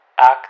act